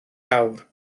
awr